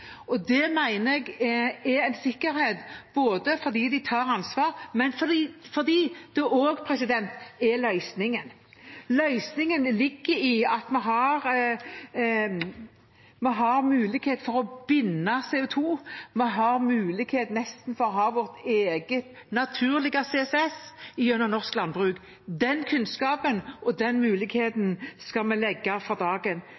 Det mener jeg er en sikkerhet både fordi de tar ansvar, og fordi det er løsningen. Løsningen ligger i at vi har mulighet for å binde CO 2 , vi har nesten mulighet for å ha vårt eget naturlige CCS gjennom norsk landbruk. Den kunnskapen og den muligheten